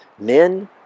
men